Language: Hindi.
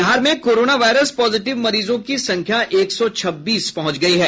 बिहार में कोरोना वायरस पॉजिटिव मरीजों की संख्या एक सौ छब्बीस पहुंच गयी है